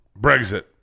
Brexit